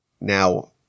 Now